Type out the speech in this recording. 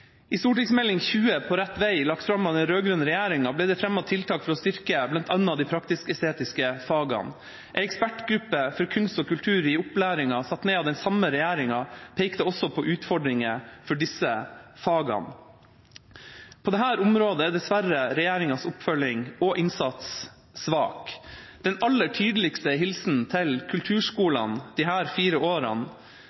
I Meld. St. 20 for 2012–2013 På rett vei, lagt fram av den rød-grønne regjeringa, ble det fremmet tiltak for å styrke bl.a. de praktisk-estetiske fagene. En ekspertgruppe for kunst og kultur i opplæringen, satt ned av den samme regjeringa, pekte også på utfordringer for disse fagene. På dette området er dessverre regjeringas oppfølging og innsats svak. Den aller tydeligste hilsen til